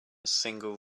single